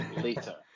later